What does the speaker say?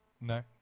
no